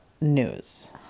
news